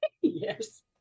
Yes